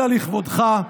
אלא לכבודך,